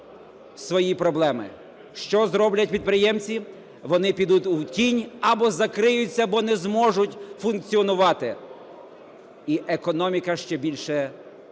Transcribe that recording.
свої проблеми. Що зроблять підприємці? Вони підуть у тінь або закриються, бо не зможуть функціонувати. І економіка ще більше